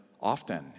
often